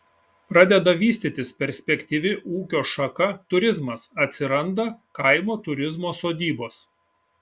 pradeda vystytis perspektyvi ūkio šaka turizmas atsiranda kaimo turizmo sodybos